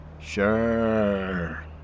Sure